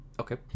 Okay